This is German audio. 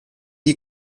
die